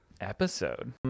Episode